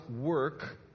work